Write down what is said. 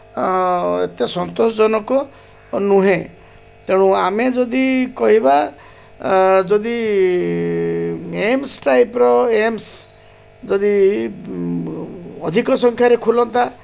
ଏତେ ସନ୍ତୋଷଜନକ ନୁହେଁ ତେଣୁ ଆମେ ଯଦି କହିବା ଯଦି ଏମ୍ସ ଟାଇପ୍ର ଏମ୍ସ ଯଦି ଅଧିକ ସଂଖ୍ୟାରେ ଖୋଲନ୍ତା